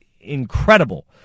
incredible